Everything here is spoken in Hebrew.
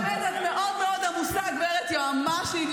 אז את באמת מאוד מאוד עמוסה, גברת יועמ"שית.